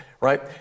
right